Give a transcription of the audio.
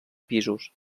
pisos